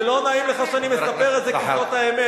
זה לא נעים לך שאני מספר את זה כי זאת האמת.